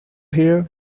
here